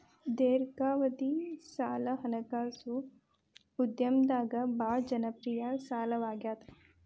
ದೇರ್ಘಾವಧಿ ಸಾಲ ಹಣಕಾಸು ಉದ್ಯಮದಾಗ ಭಾಳ್ ಜನಪ್ರಿಯ ಸಾಲವಾಗ್ಯಾದ